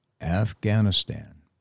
Afghanistan